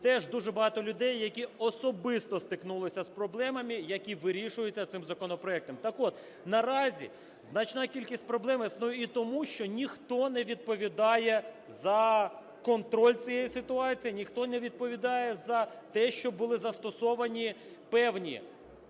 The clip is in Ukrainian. теж дуже багато людей, які особисто стикнулися з проблемами, які вирішуються цим законопроектом. Так от, наразі значна кількість проблем існує і тому, що ніхто не відповідає за контроль цієї ситуації, ніхто не відповідає за те, щоб були застосовані певні